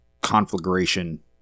Conflagration